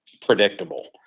predictable